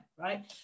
right